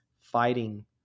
fighting